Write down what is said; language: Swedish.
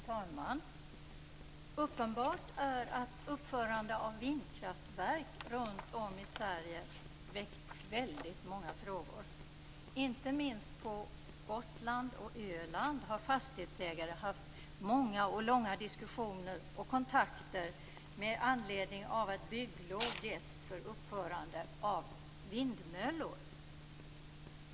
Fru talman! Uppenbart är att uppförande av vindkraftverk runt om i Sverige väckt väldigt många frågor. Inte minst på Gotland och Öland har fastighetsägare haft många och långa diskussioner och kontakter med anledning av att bygglov givits för uppförande av vindmöllor.